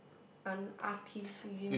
an artist